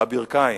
בברכיים,